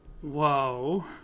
Whoa